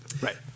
Right